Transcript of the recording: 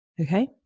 Okay